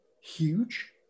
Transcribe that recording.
huge